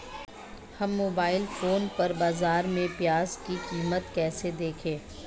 हम mobile phone पर बाज़ार में प्याज़ की कीमत कैसे देखें?